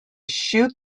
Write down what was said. shoot